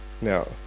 Now